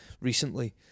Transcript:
recently